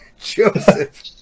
Joseph